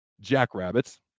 Jackrabbits